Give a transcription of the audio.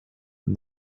and